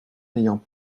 n’ayant